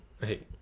hey